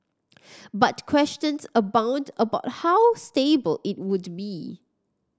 but questions abound about how stable it would be